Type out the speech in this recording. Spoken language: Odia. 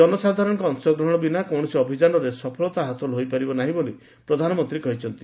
ଜନସାଧାରଣଙ୍କ ଅଂଶଗ୍ରହଣ ବିନା କୌଣସି ଅଭିଯାନ ସଫଳତାର ସହ ହାସଲ ହୋଇପାରିବ ନାହିଁ ବୋଲି ପ୍ରଧାନମନ୍ତ୍ରୀ କହିଛନ୍ତି